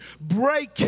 break